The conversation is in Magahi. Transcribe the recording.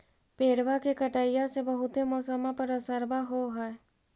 पेड़बा के कटईया से से बहुते मौसमा पर असरबा हो है?